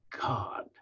God